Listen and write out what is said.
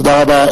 תודה רבה.